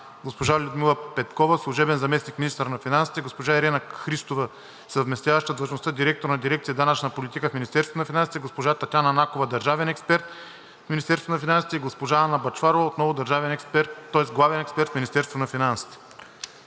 госпожа Людмила Петкова – служебен заместник-министър на финансите; госпожа Ирена Христова – съвместяваща длъжността директор на дирекция „Данъчна политика“ в Министерството на финансите; госпожа Татяна Накова – държавен експерт в Министерството на финансите, и госпожа Анна Бъчварова – главен експерт в Министерството на финансите.